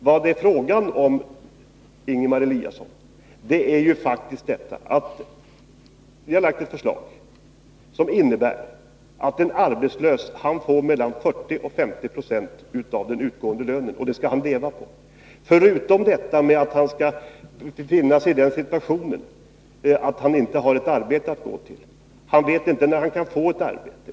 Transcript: Vad det är fråga om, Ingemar Eliasson, är faktiskt att ni harlagt fram ett förslag som innebär att en arbetslös får 40-50 96 av utgående lön, och det skall han leva på. Dessutom skall han finna sig i att han inte har ett arbete att gå till, och han vet inte när han kan få ett arbete.